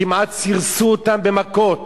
כמעט סירסו אותם במכות.